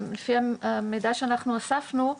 המידע שאנחנו אספנו,